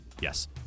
Yes